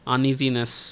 Uneasiness